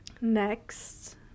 Next